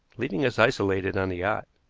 leaving us isolated on the yacht.